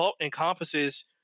encompasses